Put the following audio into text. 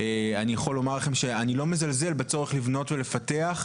אני יכול לומר לכם שאני לא מזלזל בצורך לבנות ולפתח,